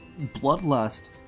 bloodlust